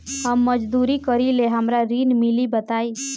हम मजदूरी करीले हमरा ऋण मिली बताई?